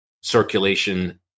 circulation